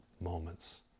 moments